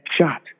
shot